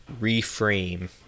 reframe